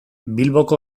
bilboko